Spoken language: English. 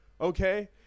Okay